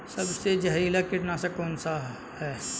सबसे जहरीला कीटनाशक कौन सा है?